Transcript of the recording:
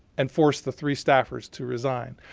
and forced the three staffers to resign.